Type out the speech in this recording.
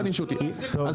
אל